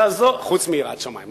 שיעזור, חוץ מיראת שמים.